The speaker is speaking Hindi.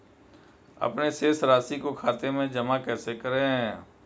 अपने शेष राशि को खाते में जमा कैसे करें?